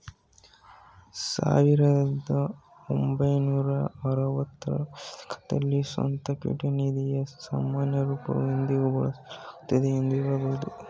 ಸಾವಿರದ ಒಂಬೈನೂರ ಆರವತ್ತ ರ ದಶಕದಲ್ಲಿ ಸ್ವಂತ ಇಕ್ವಿಟಿ ನಿಧಿಯ ಸಾಮಾನ್ಯ ರೂಪವು ಇಂದಿಗೂ ಬಳಕೆಯಲ್ಲಿದೆ ಎಂದು ಹೇಳಬಹುದು